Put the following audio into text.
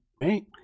right